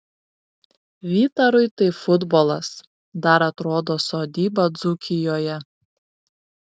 vytarui tai futbolas dar atrodo sodyba dzūkijoje